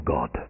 God